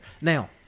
Now